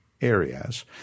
areas